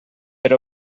per